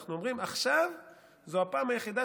אנחנו אומרים: עכשיו זו הפעם היחידה